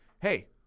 hey